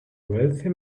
wealthy